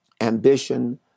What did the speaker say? ambition